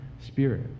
Spirit